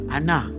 Anna